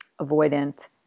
avoidant